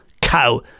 cow